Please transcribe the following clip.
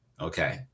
Okay